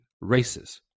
races